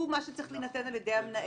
הוא מה שצריך להינתן על ידי המנהל.